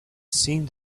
seemed